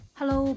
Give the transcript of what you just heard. Hello